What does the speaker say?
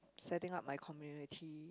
setting up my community